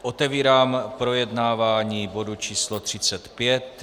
Otevírám projednávání bodu číslo 35.